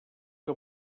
que